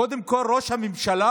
קודם כול, ראש הממשלה